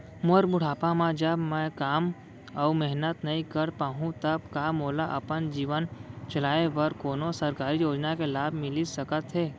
मोर बुढ़ापा मा जब मैं काम अऊ मेहनत नई कर पाहू तब का मोला अपन जीवन चलाए बर कोनो सरकारी योजना के लाभ मिलिस सकत हे?